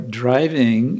driving